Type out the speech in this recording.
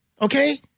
Okay